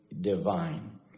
divine